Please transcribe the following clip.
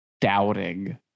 doubting